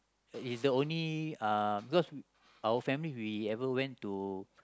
is the only uh because our family we ever went to